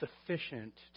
sufficient